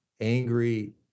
angry